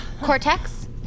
Cortex